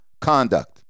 conduct